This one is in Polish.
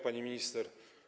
Pani Minister!